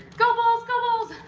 go bulls, go bulls!